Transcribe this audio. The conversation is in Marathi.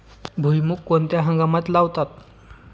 भुईमूग कोणत्या हंगामात लावतात?